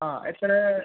ആ എത്രയാണ്